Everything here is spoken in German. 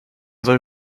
soll